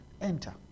enter